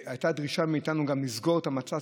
והייתה דרישה מאיתנו גם לסגור את המת"צ,